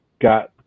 got